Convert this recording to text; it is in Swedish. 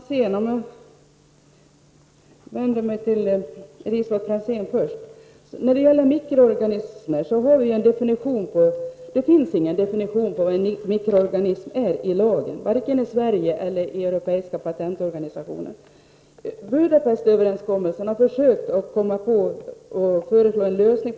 Herr talman! Jag vänder mig först till Elisabet Franzén. Vad gäller mikroorganismer: Det finns ingen definition i den svenska lagen av vad en mikroorganism är, inte heller i den europeiska patentkonventionen. I Budapestöverenskommelsen har man försökt att komma fram till en lösning.